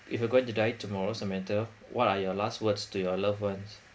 if you're going to die tomorrow samantha what are your last words to your loved ones